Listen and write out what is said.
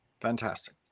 Fantastic